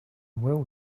will